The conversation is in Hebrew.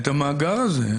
את המאגר הזה.